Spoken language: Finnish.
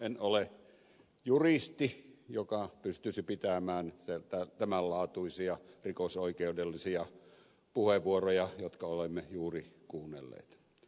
en ole juristi joka pystyisi pitämään tämän laatuisia rikosoikeudellisia puheenvuoroja jotka olemme juuri kuunnelleet